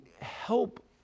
help